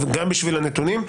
גם בשביל הנתונים.